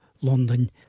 London